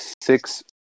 six